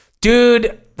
dude